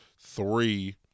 three